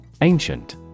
Ancient